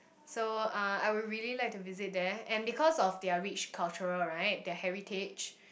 so uh I would really like to visit there and because of their rich cultural right their heritage